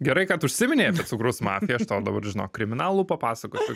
gerai kad užsiminei apie cukraus mafiją aš tau dabar kriminalų papasakosiu